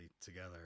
together